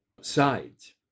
sides